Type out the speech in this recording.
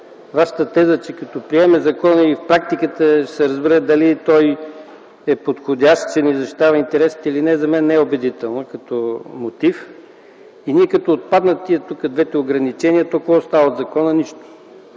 Вашата теза, че като приемем закона и от практиката се разбере дали е подходящ, че ще защитава интересите или не, за мен не е убедителна като мотив. Като отпаднат тук тези две ограничения, то какво остава от закона? Нищо!